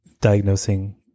diagnosing